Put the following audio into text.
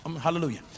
hallelujah